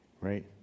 right